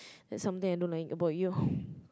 that's something I don't like about you